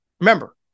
remember